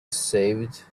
saved